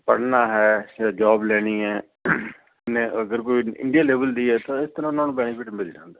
ਪੜ੍ਹਨਾ ਹੈ ਜਾਂ ਜੋਬ ਲੈਣੀ ਹੈ ਨੇ ਅਗਰ ਕੋਈ ਇੰਡੀਆ ਲੇਵਲ ਦੀ ਹੈ ਤਾਂ ਇਸ ਤਰ੍ਹਾਂ ਨਾਲ ਬੈਨੀਫਿਟ ਮਿਲ ਜਾਂਦਾ